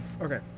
Okay